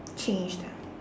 changed ah